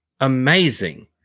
amazing